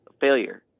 failure